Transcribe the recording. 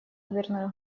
дверной